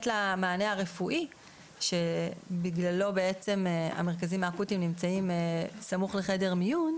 למענה הרפואי שבגללו בעצם המרכזים האקוטיים נמצאים סמוך לחדר מיון.